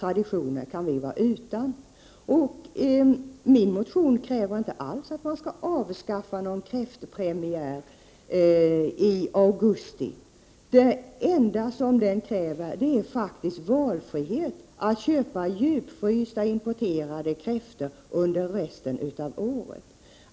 Min motion kräver inte alls att man skall avskaffa kräftpremiären i augusti. Det enda den kräver är att vi skall få valfrihet.att kunna köpa djupfrysta importerade kräftor även under resten av året.